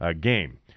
game